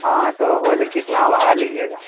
ہاں تو بولیے کتنا بھاڑا لیجیے گا